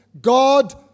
God